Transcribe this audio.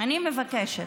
אני מבקשת,